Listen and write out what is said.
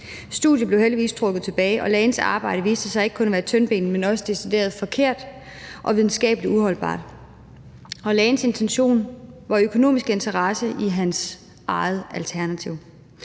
Studiet blev heldigvis trukket tilbage, og lægens arbejde viste sig ikke kun at være tyndbenet, men også decideret forkert og videnskabeligt uholdbart, og lægens intention var økonomisk interesse i hans eget alternativ.